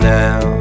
now